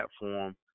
platform